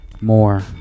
More